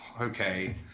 okay